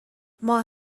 ماه